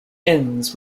ends